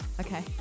okay